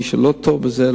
מי שלא טוב בזה,